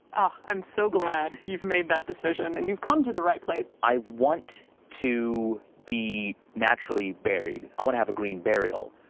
i'm so glad you've made that decision. and you've come to the right place. i want to be naturally buried, i wanna have a green burial,